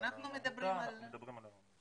על החקירה.